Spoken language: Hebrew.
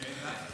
למה לא?